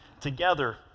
together